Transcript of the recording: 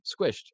squished